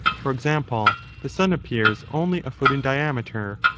for example, the sun appears only a foot in diameter,